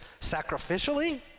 sacrificially